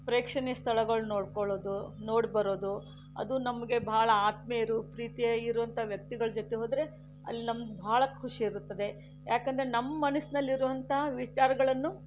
ಪ್ರೇಕ್ಷಣೀಯ ಸ್ಥಳಗಳನ್ನು ನೋಡ್ಕೊಳೋದು ನೋಡಿ ಬರೋದು ಅದು ನಮಗೆ ಬಹಳ ಆತ್ಮೀಯರು ಪ್ರೀತಿಯಾಗಿರೋವಂತಹ ವ್ಯಕ್ತಿಗಳ ಜೊತೆ ಹೋದರೆ ಅಲ್ಲಿ ನಮ್ಮ ಬಹಳ ಖುಷಿ ಇರುತ್ತದೆ ಯಾಕೆಂದರೆ ನಮ್ಮ ಮನಸ್ಸಿನಲ್ಲಿ ಇರುವಂತಹ ವಿಚಾರಗಳನ್ನು